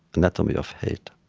anatomy of hate.